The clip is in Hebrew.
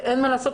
ואין מה לעשות,